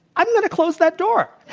i'm going to close that door.